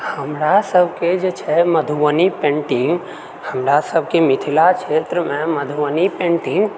हमरा सबके जे छै मधुबनी पेन्टिङ्ग हमरा सबके मिथिला क्षेत्रमे मधुबनी पेन्टिङ्ग